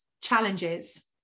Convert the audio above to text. challenges